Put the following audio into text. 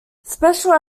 special